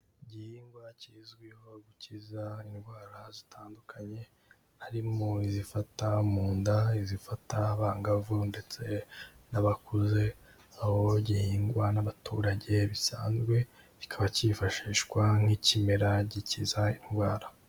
Igihingwa kizwiho gukiza indwara zitandukanye harimo izifata mu nda, izifata abangavu ndetse n'abakuze, aho gihingwa n'abaturage bisanzwe kikaba kifashishwa nk'ikimera gikiza indwara.